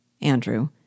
Andrew